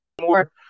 more